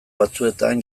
batzuetan